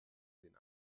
den